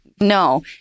No